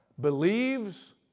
believes